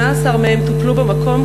18 מהם טופלו במקום,